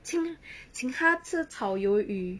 请请他吃炒鱿鱼